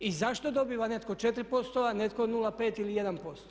I zašto dobiva netko 4% a netko 0,5% ili 1%